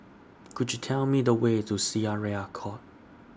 Could YOU Tell Me The Way to Syariah Court